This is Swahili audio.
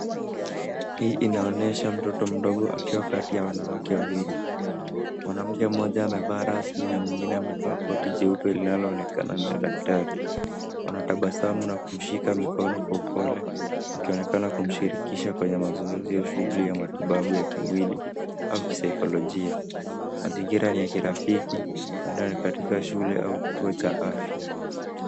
Hii inaonesha mtoto mdogo akiwa kati ya wanawake wawili. Mwanamke mmoja amevaa rasmi na mwingine amevaa koti jeupe linaloonekana ni la daktari. Wanatabasamu na kumshika mikono kwa upole wakionekana kumshirikisha kwenye mazoezi ya shughuli ya matibabu ya kimwili au kisaikolojia. Mazingira ni ya kirafiki, huenda ni katika shule au kituo cha afya.